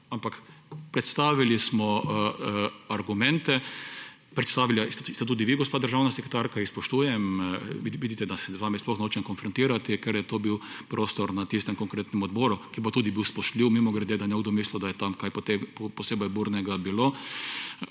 ampak predstavili smo argumente, predstavili ste tudi ti, gospa državna sekretarka, jih spoštujem, vidite da se z vami sploh nočem konfrontirati, ker je to bil prostor na tistem konkretnem odboru, ki je bil tudi spoštljiv mimogrede, da ne bo kdo mislil, da je tam kaj posebej burnega bilo.